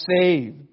saved